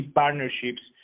partnerships